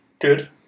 good